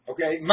Okay